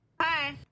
hi